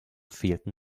fehlten